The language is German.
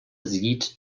sieht